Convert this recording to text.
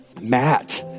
Matt